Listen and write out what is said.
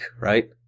right